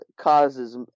causes